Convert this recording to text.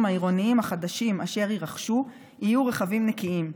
העירוניים החדשים אשר יירכשו יהיו רכבים נקיים.